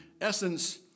essence